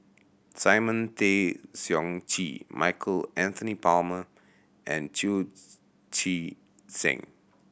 Simon Tay Seong Chee Michael Anthony Palmer and Chu Chee Seng